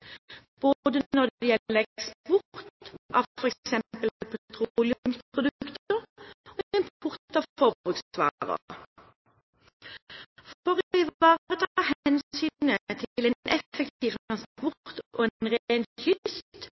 både når det gjelder eksport av f.eks. petroleumsprodukter og ved import av forbruksvarer. For å ivareta hensynet til en effektiv transport og en